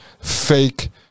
fake